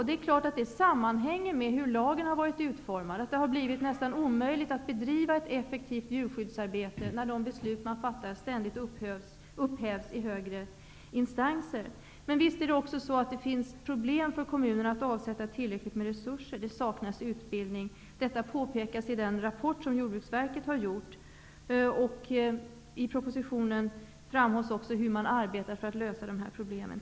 Det sammanhänger självfallet med hur lagen har varit utformad. Det har varit nästan omöjligt att bedriva ett effektivt djurskyddsarbete när de beslut man fattar ständigt upphävs av högre instanser. Men visst finns det också problem för kommuner att avsätta tillräckligt med resurser. Det saknas utbildning. Detta påpekas i den rapport som Jordbruksverket har gjort. I propositionen framhålls också hur man arbetar för att lösa dessa problem.